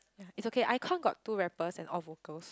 it's okay iKon got two rappers and all vocals